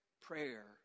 prayer